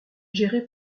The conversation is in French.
géré